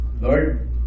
Lord